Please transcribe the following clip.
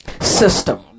system